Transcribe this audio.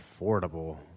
Affordable